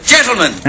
Gentlemen